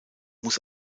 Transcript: muss